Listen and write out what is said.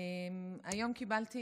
היום קיבלתי